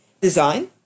Design